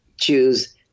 choose